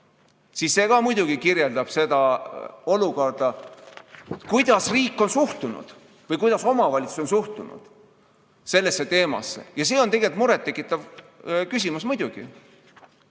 See ka muidugi kirjeldab seda olukorda, kuidas riik on suhtunud või kuidas omavalitsus on suhtunud sellesse teemasse. See on muret tekitav küsimus muidugi.